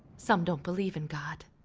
some don't believe in god.